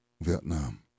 Vietnam